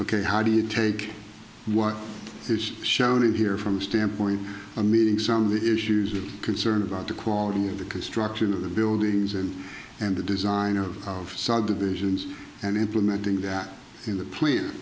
ok how do you take what is shown in here from the standpoint of meeting some of the issues of concern about the quality of the construction of the buildings and and the design of subdivisions and implementing that in the plan